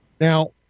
Now